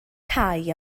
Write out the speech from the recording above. cau